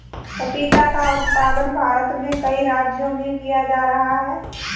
पपीता का उत्पादन भारत में कई राज्यों में किया जा रहा है